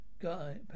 guy